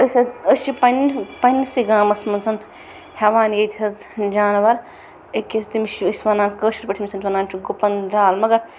أسۍ حظ أسۍ چھِ پَنٕنۍ پننِٚسٕے گامَس منٛز ہٮ۪وان ییٚتہِ حظ جانوَر أکِس تٔمِس چھِ أسۍ وَنان کٲشِر پٲٹھی ییٚمِس أسۍ وَنان چھِ گُپن درال مَگر